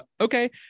Okay